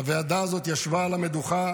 הוועדה הזאת ישבה על המדוכה